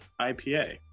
IPA